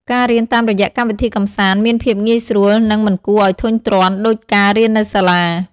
ការរៀនតាមរយៈកម្មវិធីកម្សាន្តមានភាពងាយស្រួលនិងមិនគួរឱ្យធុញទ្រាន់ដូចការរៀននៅសាលា។